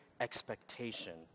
expectation